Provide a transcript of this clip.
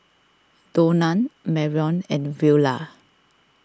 Donna Marrion and Willia